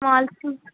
Malti